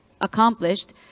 accomplished